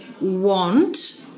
want